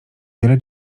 wiele